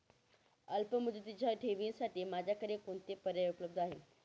अल्पमुदतीच्या ठेवींसाठी माझ्याकडे कोणते पर्याय उपलब्ध आहेत?